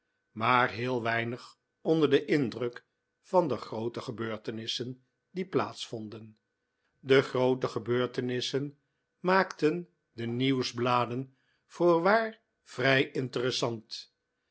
maar heel weinig onder den indruk van de groote gebeurtenissen die plaats vonden de groote gebeurtenissen maakten de nieuwsbladen voorwaar vrij interessant